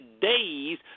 days